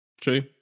True